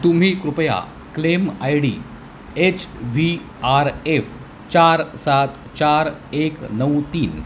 तुम्ही कृपया claim I D H V R F चार सात चार एक नऊ तीन